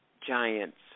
giants